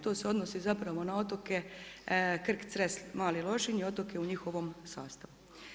To se odnosi zapravo na otoke Krk, Cres, Mali Lošinj i otoke u njihovom sastavu.